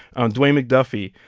um dwayne mcduffie,